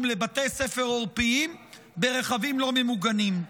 לבתי ספר עורפיים ברכבים לא ממוגנים?